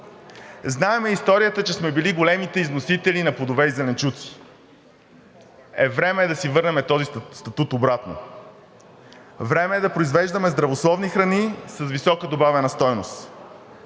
Знаем и историята, че сме били големите износители на плодове и зеленчуци. Е, време е да си върнем този статут обратно! Време е да произвеждаме здравословни храни с висока добавена стойност.